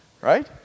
right